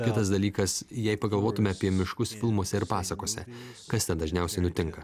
kitas dalykas jei pagalvotume apie miškus filmuose ir pasakose kas ten dažniausiai nutinka